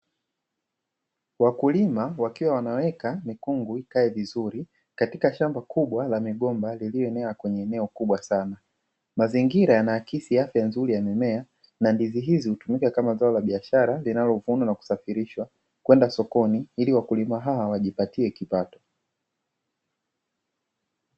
Wakulima wakiwa wanaeka mikungu ikae vizuri katika shamba kubwa la migomba lilioenea kwenye shamba kubwa sana. mazingira yanaakisi afya nzuri ya mimea na ndizi hizi hutumika kama zao la biashara linalovunwa na kusafirishwa kwenda sokoni ili wakulima hawa wajipatie kipato.